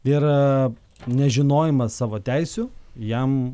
ir nežinojimas savo teisių jam